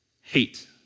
Hate